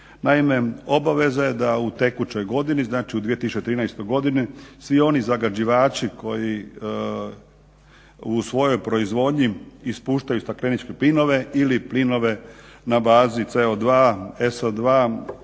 Naime, obaveza je da u tekućoj godini znači, u 2013. godini svi oni zagađivači koji u svojoj proizvodnji ispušaju stakleničke plinove ili plinove na bazi CO2, SO2